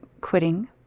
quitting